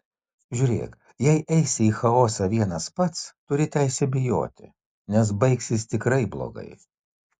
žiūrėk jei eisi į chaosą vienas pats turi teisę bijoti nes baigsis tikrai blogai